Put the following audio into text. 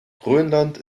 grönland